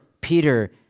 Peter